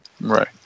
Right